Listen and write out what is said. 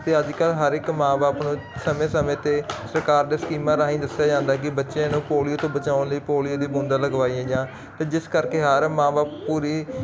ਤੇ ਅੱਜਕੱਲ ਹਰ ਇੱਕ ਮਾਂ ਬਾਪ ਨੂੰ ਸਮੇਂ ਸਮੇਂ ਤੇ ਸਰਕਾਰ ਦੇ ਸਕੀਮਾਂ ਰਾਹੀਂ ਦੱਸਿਆ ਜਾਂਦਾ ਕਿ ਬੱਚੇ ਨੂੰ ਪੋਲੀਓ ਤੋਂ ਬਚਾਉਣ ਲਈ ਪੋਲੀਓ ਦੀਆਂ ਬੂੰਦਾਂ ਲਗਵਾਈਆਂ ਜਾਣ ਤੇ ਜਿਸ ਕਰਕੇ ਹਰ ਮਾਂ ਬਾਪ ਪੂਰੀ